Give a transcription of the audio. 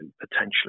potentially